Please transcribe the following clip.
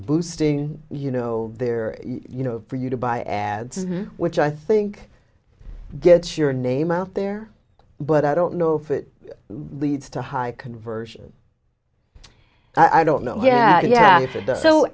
boosting you know their you know for you to buy ads which i think gets your name out there but i don't know if it leads to high conversion i don't know yeah yeah so